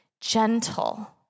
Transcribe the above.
gentle